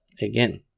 again